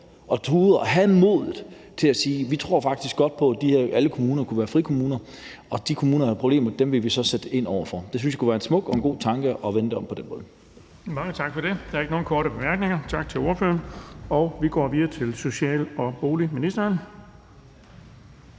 rigtig godt og havde modet, kunne sige, at vi faktisk tror på, at alle kommuner godt kunne være frikommuner, og at de kommuner, der havde problemer, ville vi så sætte ind over for. Det synes jeg kunne være en smuk og en god tanke, altså at vende det om på den måde. Kl. 10:33 Den fg. formand (Erling Bonnesen): Der er ikke nogen korte bemærkninger, så tak til ordføreren. Vi går videre til social- og boligministeren.